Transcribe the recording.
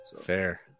Fair